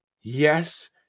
yes